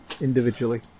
individually